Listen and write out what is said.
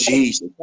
Jesus